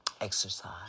exercise